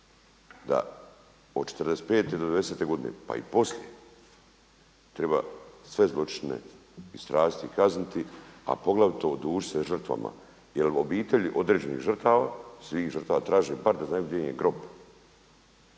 da od 45. do 90. godine, pa i poslije treba sve zločine istražiti i kazniti, a poglavito odužiti se žrtvama, jer obitelji određenih žrtava, svih žrtava traže bar da znaju gdje im je grob.